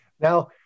Now